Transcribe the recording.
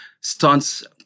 stunts